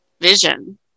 vision